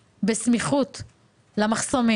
ברשותך, אלכס,